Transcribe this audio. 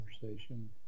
conversation